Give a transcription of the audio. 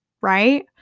right